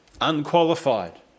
Unqualified